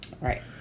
Right